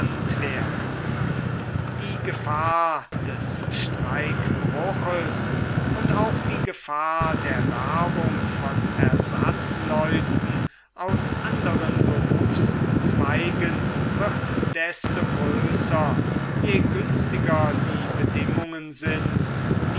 werden die gefahr des streikbruches und auch die gefahr der werbung von ersatzleuten aus anderen berufszweigen wird desto größer je günstiger die bedingungen sind